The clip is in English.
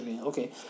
Okay